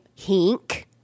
Hink